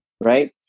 right